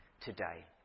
today